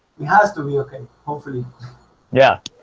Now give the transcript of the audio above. it has to be okay. hopefully yeah,